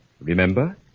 remember